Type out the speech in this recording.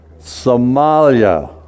Somalia